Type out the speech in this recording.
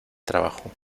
trabajo